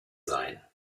sein